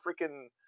freaking